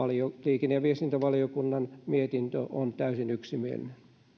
liikenne ja viestintävaliokunnan mietintö on täysin yksimielinen